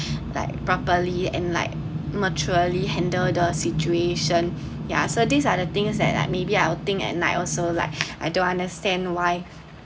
like properly and like maturely handle the situation ya so these are the things that like maybe I’ll think at night also like I don't understand why